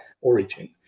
origin